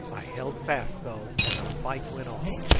i held fast though, and the fight went on,